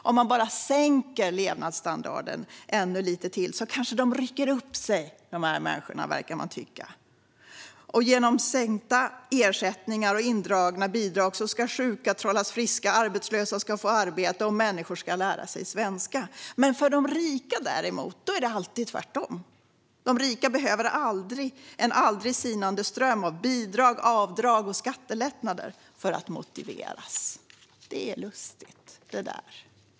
"Om vi bara sänker levnadsstandarden ännu lite till kanske de här människorna rycker upp sig", verkar man tycka. Genom sänkta ersättningar och indragna bidrag ska sjuka trollas friska, arbetslösa ska få arbete och människor ska lära sig svenska. Men för de rika, däremot, är det alltid tvärtom - de rika behöver en aldrig sinande ström av bidrag, avdrag och skattelättnader för att motiveras. Det är lustigt, det där.